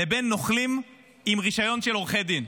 לבין נוכלים עם רישיון של עורכי דין.